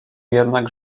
jednak